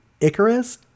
icarus